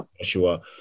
Joshua